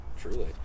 Truly